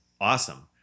Awesome